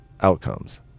outcomes